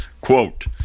Quote